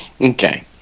Okay